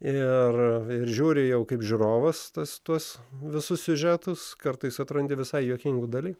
ir žiūri jau kaip žiūrovas tas tuos visus siužetus kartais atrandi visai juokingų dalykų